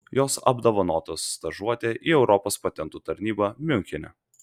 jos apdovanotos stažuote į europos patentų tarnybą miunchene